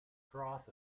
cross